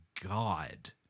God